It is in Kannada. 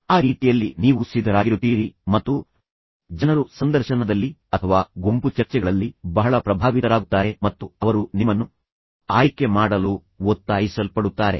ಆ ರೀತಿಯಲ್ಲಿ ನೀವು ಸಿದ್ಧರಾಗಿರುತ್ತೀರಿ ಮತ್ತು ಜನರು ಸಂದರ್ಶನದಲ್ಲಿ ಅಥವಾ ಗುಂಪು ಚರ್ಚೆಗಳಲ್ಲಿ ಬಹಳ ಪ್ರಭಾವಿತರಾಗುತ್ತಾರೆ ಮತ್ತು ಅವರು ನಿಮ್ಮನ್ನು ಆಯ್ಕೆ ಮಾಡಲು ಒತ್ತಾಯಿಸಲ್ಪಡುತ್ತಾರೆ